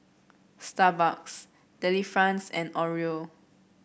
Starbucks Delifrance and Oreo